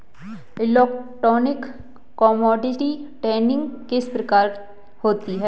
Electronic commodity trading किस प्रकार होती है?